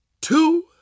two